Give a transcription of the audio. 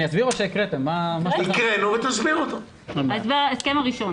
ההסכם הראשון